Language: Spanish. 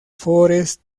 forest